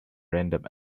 random